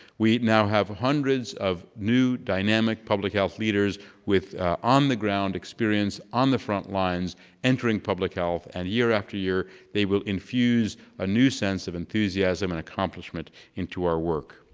we now have hundreds of new dynamic public health leaders with on the ground experience on the front lines entering public health, and year after year they will infuse a new sense of enthusiasm and accomplishment into our work.